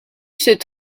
c’est